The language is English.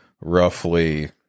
roughly